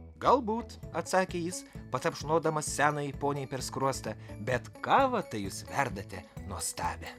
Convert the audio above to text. galbūt atsakė jis patapšnodamas senajai poniai per skruostą bet kavą tai jūs verdate nuostabią